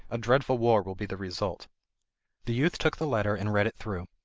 a dreadful war will be the result the youth took the letter and read it through.